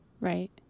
right